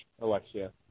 Alexia